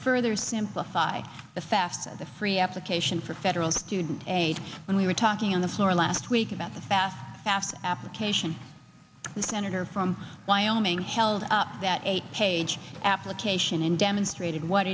further simplify the fafsa the free application for federal student aid when we were talking on the floor last week about the fast fast application the senator from wyoming held up that eight page application in demonstrated what